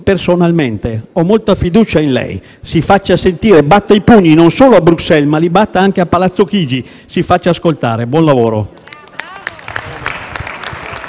personalmente ho molta fiducia in lei: si faccia sentire, batta i pugni non solo a Bruxelles, ma anche a Palazzo Chigi. Si faccia ascoltare. Buon lavoro.